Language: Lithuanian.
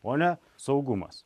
o ne saugumas